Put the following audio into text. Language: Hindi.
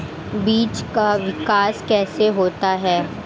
बीज का विकास कैसे होता है?